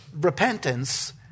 repentance